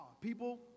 People